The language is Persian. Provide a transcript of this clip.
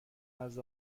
نزد